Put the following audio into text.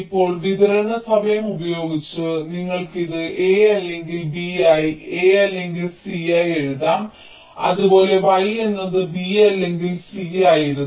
ഇപ്പോൾ വിതരണ നിയമം ഉപയോഗിച്ച് നിങ്ങൾക്ക് ഇത് a അല്ലെങ്കിൽ b ആയി a അല്ലെങ്കിൽ c ആയി എഴുതാം അതുപോലെ y എന്നത് b അല്ലെങ്കിൽ c ആയിരുന്നു